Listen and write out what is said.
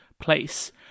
place